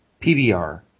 PBR